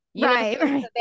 Right